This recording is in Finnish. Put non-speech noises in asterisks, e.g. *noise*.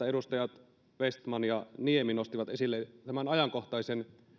*unintelligible* edustajat vestman ja niemi nostivat esille tämän ajankohtaisen